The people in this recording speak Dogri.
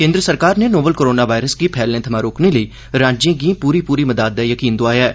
केन्द्र सरकार नै नोवल कोरोना वायरस गी फैलने थमा रोकने लेई राज्ये गी पूरी पूरी मदाद दा यकीन दोआया ऐ